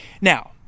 Now